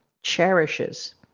cherishes